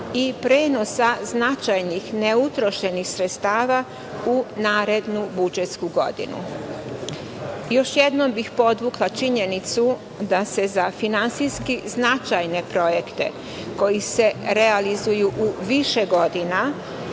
i prenosa značajnih neutrošenih sredstava u narednu budžetsku godinu. Još jednom bih podvukla činjenicu da se za finansijski značajne projekte koji se realizuju u više godina,